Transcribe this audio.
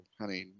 honey